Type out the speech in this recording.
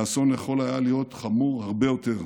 האסון יכול היה להיות חמור הרבה יותר.